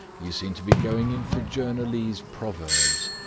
you seem to be going in for journalese proverbs.